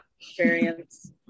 experience